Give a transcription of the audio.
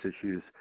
issues